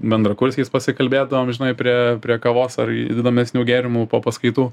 bendrakursiais pasikalbėdavom žinai prie prie kavos ar įdomesnių gėrimų po paskaitų